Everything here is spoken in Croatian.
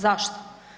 Zašto?